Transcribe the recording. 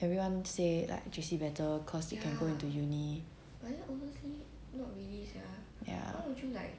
everyone say like J_C better cause you can go into uni ya